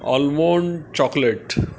almond chocolate